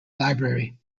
library